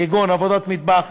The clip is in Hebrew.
כגון עבודות מטבח,